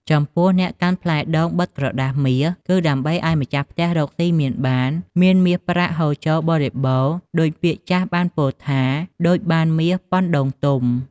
ចំពោះអ្នកកាន់ផ្លែដូងបិទក្រដាសមាស គឺដើម្បីឲ្យម្ចាស់ផ្ទះរកសុីមានបាន មានមាសប្រាក់ហូរចូលបរិបូណ៌ដូចពាក្យចាស់បានពោលថា ដូចបានមាសប៉ុនដូងទុំ ។